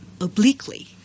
obliquely